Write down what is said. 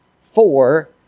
four